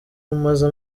umaze